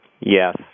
Yes